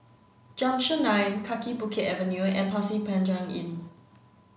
junction nine Kaki Bukit Avenue and Pasir Panjang Inn